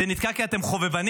זה נתקע כי אתם חובבנים.